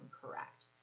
correct